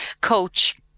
coach